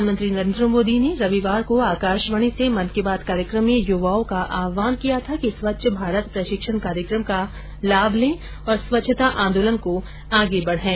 प्रधानमंत्री नरेन्द्र मोदी ने रविवार को आकाशवाणी से मन की बात कार्यक्रम में युवाओं का आहवान किया था कि स्वच्छ भारत प्रशिक्षण कार्यक्रम का लाभ लें और स्वच्छता आंदोलन को आगे बढाएं